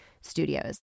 Studios